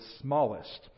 smallest